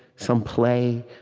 some play,